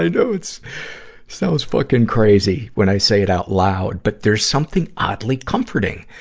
i know it's sounds fucking crazy when i say it out loud, but there's something oddly comforting.